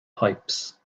pipes